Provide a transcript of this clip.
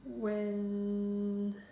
when